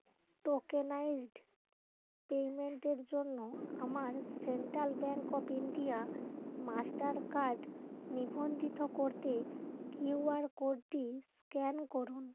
tokenised পেমেন্টের জন্য আমার central bank of India master card নিবন্ধিত করতে কিউ আর কোডটি স্ক্যান করুন